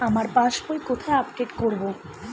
আমার পাস বই কোথায় আপডেট করব?